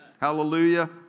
Hallelujah